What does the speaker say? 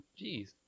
jeez